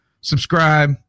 Subscribe